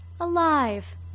alive